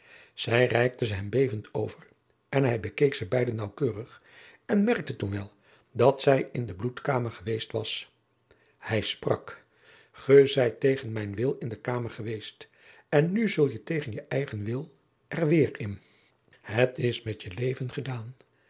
zij reikte ze hem bevend over en hij bekeek ze beide nauwkeurig en merkte toen wel dat zij in de bloedkamer geweest was hij sprak ge zijt tegen mijn wil in de kamer geweest en nu zul je tegen je eigen wil er weêr in het is met je leven gedaan